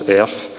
earth